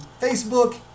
Facebook